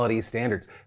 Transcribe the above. standards